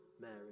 Mary